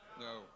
No